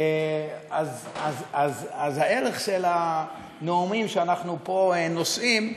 אז הערך של הנאומים שאנחנו נושאים פה,